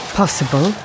possible